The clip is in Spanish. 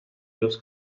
los